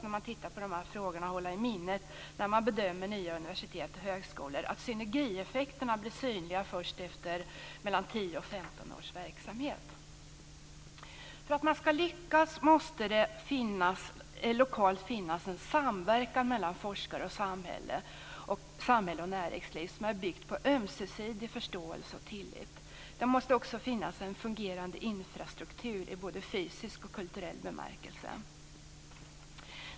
När man tittar på de här frågorna och bedömer nya universitet och högskolor måste man också komma ihåg att synergieffekterna blir synliga först efter 10-15 års verksamhet. För att man ska lyckas måste det lokalt finnas en samverkan mellan forskare, samhälle och näringsliv som är byggd på ömsesidig förståelse och tillit. Det måste också finnas en fungerande infrastruktur i både fysisk och kulturell bemärkelse.